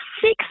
six